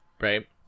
right